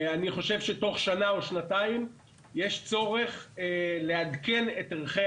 אני חושב שתוך שנה או שנתיים יש צורך לעדכן את ערכי